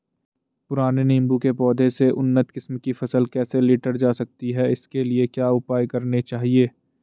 पुराने नीबूं के पौधें से उन्नत किस्म की फसल कैसे लीटर जा सकती है इसके लिए क्या उपाय करने चाहिए?